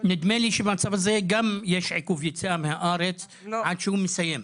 נדמה לי שבמצב הזה יש גם עיכוב יציאה מן הארץ עד שהוא מסיים.